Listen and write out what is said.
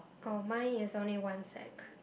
oh my is only one sack